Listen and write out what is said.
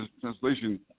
translation